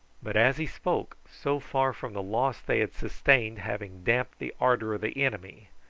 but as he spoke, so far from the loss they had sustained having damped the ardour of the enemy,